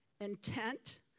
intent